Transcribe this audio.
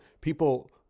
people